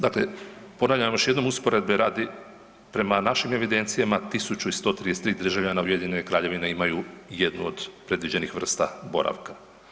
Dakle, ponavljam još jednom usporedbe radi, prema našim evidencijama 1.133 državljana Ujedinjene Kraljevine imaju jednu od predviđenih vrsta boravka.